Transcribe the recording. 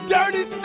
Dirty